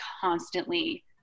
constantly